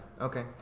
Okay